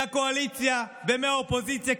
מהקואליציה ומהאופוזיציה,